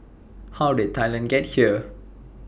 how did Thailand get here